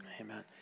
Amen